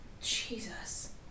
Jesus